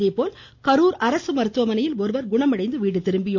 அதேபோல் கரூர் அரசு மருத்துவமனையில் ஒருவர் குணமடைந்து வீடு திரும்பினார்